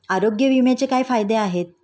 आरोग्य विम्याचे काय फायदे आहेत?